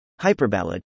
Hyperballad